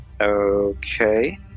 okay